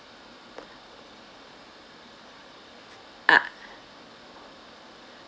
uh